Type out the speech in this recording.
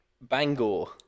Bangor